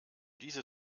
diese